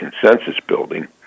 consensus-building